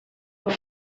dugu